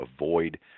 avoid